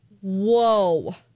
whoa